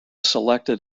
selected